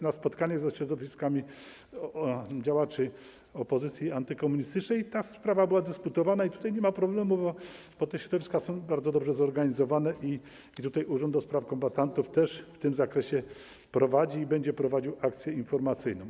Na spotkaniach ze środowiskami działaczy opozycji antykomunistycznej ta sprawa była dyskutowana i nie ma problemu, bo te środowiska są bardzo dobrze zorganizowane i urząd ds. kombatantów też w tym zakresie prowadzi i będzie prowadził akcję informacyjną.